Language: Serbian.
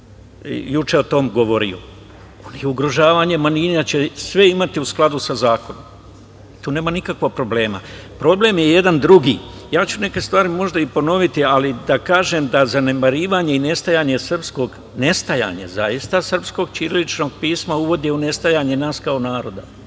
juče o tome govorio. Ovo nije ugrožavanje manjina. Sve imate u skladu sa zakonom. Tu nema nikakvog problema. Problem je jedan drugi. Neke stvari ću možda i ponoviti, ali da kažem da zanemarivanje i nestajanje srpskog, nestajanje zaista, srpskog ćiriličnog pisma uvodi u nestajanje nas kao naroda.